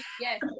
Yes